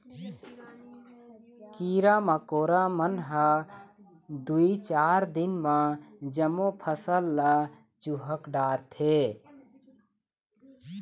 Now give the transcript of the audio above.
कीरा मकोरा मन ह दूए चार दिन म जम्मो फसल ल चुहक डारथे